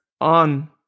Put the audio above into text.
on